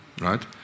right